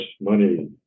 money